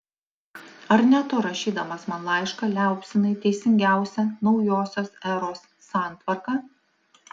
ar ne tu rašydamas man laišką liaupsinai teisingiausią naujosios eros santvarką